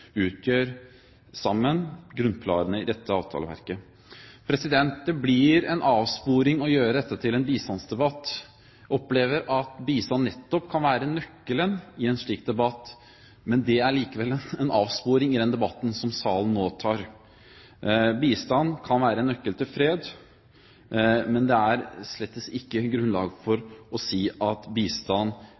utgjør sammen grunnpilarene i dette avtaleverket. Det blir en avsporing å gjøre dette til en bistandsdebatt. Man kan oppleve at bistand nettopp kan være nøkkelen i en slik debatt, men det er likevel en avsporing i den debatten som salen nå tar. Bistand kan være en nøkkel til fred, men det er slett ikke grunnlag for å si at bistand